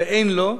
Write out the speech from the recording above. ואין לו,